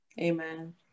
amen